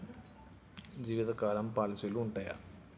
జీవితకాలం పాలసీలు ఉంటయా?